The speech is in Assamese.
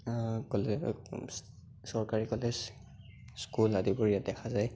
চৰকাৰী কলেজ স্কুল আদিবোৰ ইয়াতে দেখা যায়